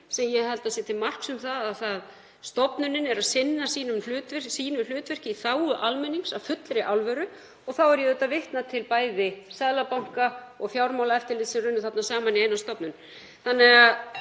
sem ég held að sé til marks um að stofnunin er að sinna hlutverki sínu í þágu almennings af fullri alvöru. Þá er ég auðvitað að vitna til bæði Seðlabanka og Fjármálaeftirlits sem runnu þarna saman í eina stofnun.